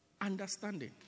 Understanding